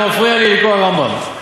אתה מפריע לי לקרוא את הרמב"ם.